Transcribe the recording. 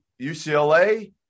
UCLA